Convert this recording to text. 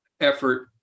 Effort